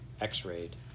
X-rayed